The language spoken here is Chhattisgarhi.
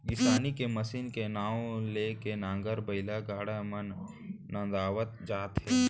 किसानी के मसीन के नांव ले के नांगर, बइला, गाड़ा मन नंदावत जात हे